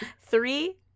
Three